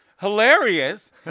hilarious